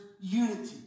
unity